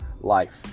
life